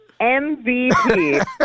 MVP